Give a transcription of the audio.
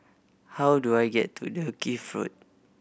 how do I get to Dalkeith Road